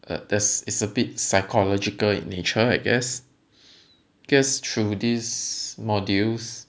uh there's it's is a bit psychological in nature I guess cause through these modules